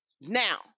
Now